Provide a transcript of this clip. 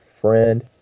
friend